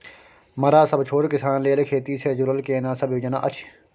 मरा सब छोट किसान लेल खेती से जुरल केना सब योजना अछि?